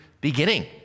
beginning